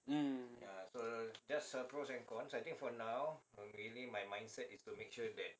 mm